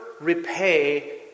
repay